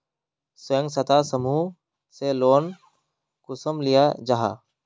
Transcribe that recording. स्वयं सहायता समूह से लोन कुंसम लिया जाहा?